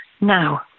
Now